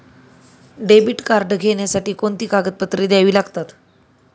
Debit card घेण्यासाठी कोणती कागदपत्रे द्यावी लागतात?